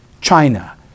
China